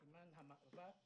בסימן המאבק